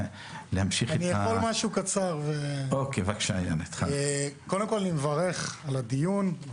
קודם כול, אני מברך על הדיון.